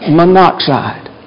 monoxide